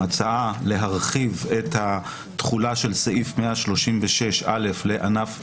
ההצעה להרחיב את התחולה של סעיף 136א לענף נוסף,